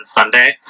Sunday